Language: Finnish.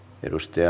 maine